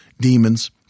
demons